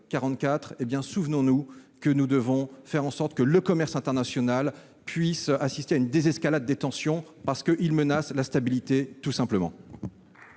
44, souvenons-nous que nous devons faire en sorte que le commerce international connaisse une désescalade des tensions pour ne pas menacer la stabilité tout simplement.